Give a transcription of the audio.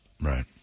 Right